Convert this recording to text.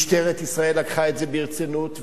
משטרת ישראל לקחה את זה ברצינות,